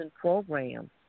programs